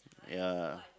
ya